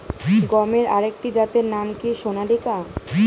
গমের আরেকটি জাতের নাম কি সোনালিকা?